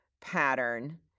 pattern